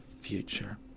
future